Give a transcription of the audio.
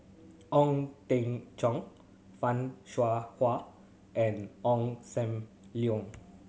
Ong Teng Cheong Fan Shao Hua and Ong Sam Leong